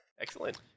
Excellent